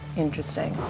interesting.